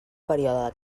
període